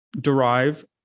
derive